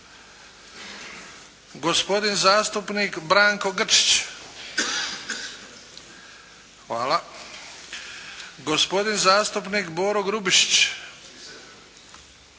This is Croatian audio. gospodin zastupnik Branko Grčić, gospodin zastupnik Boro Grubišić –